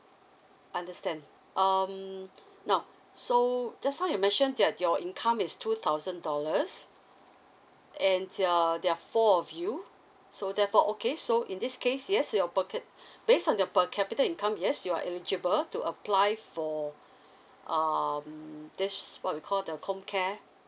understand um now so just now you mentioned that your income is two thousand dollars and uh there are four of you so therefore okay so in this case yes your per ca~ based on your per capita income yes you're eligible to apply for um this what we call the comcare